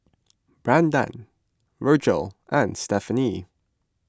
Brandan Virgil and Stephanie